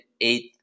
eighth